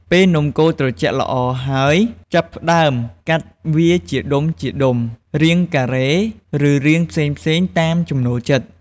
ពេលនំកូរត្រជាក់ល្អហើយ ចាប់ផ្ដើមកាត់វាជាដុំៗ រាងការ៉េ ឬរាងផ្សេងៗ តាមចំណូលចិត្ត។